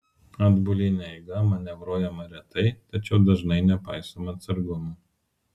atbuline eiga manevruojama retai tačiau dažnai nepaisoma atsargumo